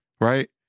right